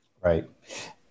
Right